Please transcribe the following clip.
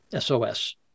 SOS